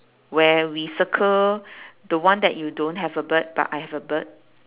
where we circle the one that you don't have a bird but I have a bird